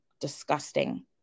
disgusting